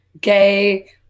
gay